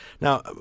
Now